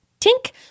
Tink